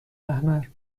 احمر